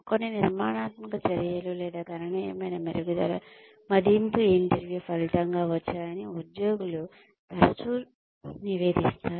కొన్ని నిర్మాణాత్మక చర్యలు లేదా గణనీయమైన మెరుగుదలలు మదింపు ఇంటర్వ్యూల ఫలితంగా వచ్చాయని ఉద్యోగులు తరచుగా నివేదిస్తారు